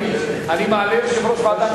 אני מעלה יושב-ראש ועדה,